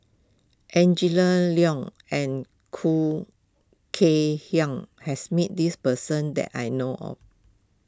Angela Liong and Khoo Kay Hian has met this person that I know of